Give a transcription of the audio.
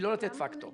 היא לא לתת פקטור.